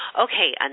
Okay